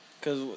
Cause